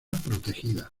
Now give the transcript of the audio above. protegida